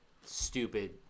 stupid